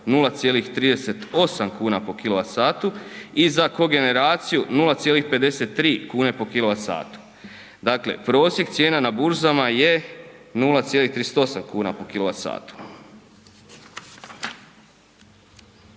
0,38kn po kW i za kogeneraciju 0,53kn po kW. Dakle prosjek cijena na burzama je 0,38kn po kW.